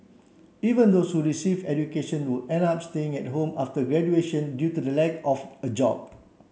even those who receive education would end up staying at home after graduation due to the lack of a job